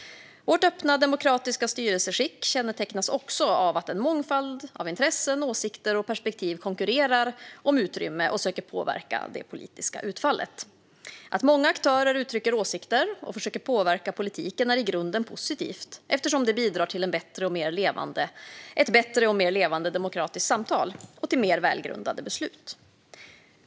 Vårt öppna demokratiska styrelseskick kännetecknas också av att en mångfald intressen, åsikter och perspektiv konkurrerar om utrymme och söker påverka det politiska utfallet. Att många aktörer uttrycker åsikter och försöker påverka politiken är i grunden positivt eftersom det bidrar till ett bättre och mer levande demokratiskt samtal och till mer välgrundade beslut.